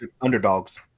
Underdogs